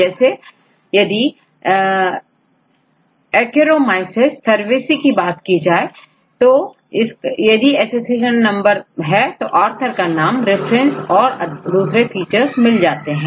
जैसे यदिaccharomyces cerevisiae की बात करते हैं तो यदि एसेशन नंबर है तो ऑथर का नाम रिफरेंस और फीचर्स मिल जाते हैं